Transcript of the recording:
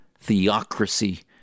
theocracy